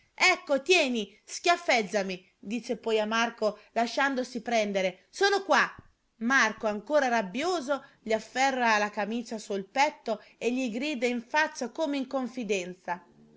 ecco tieni schiaffeggiami dice poi a marco lasciandosi prendere sono qua marco ancora rabbioso gli afferra la camicia sul petto e gli grida in faccia come in confidenza